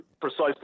precisely